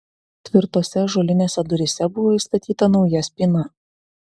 tvirtose ąžuolinėse duryse buvo įstatyta nauja spyna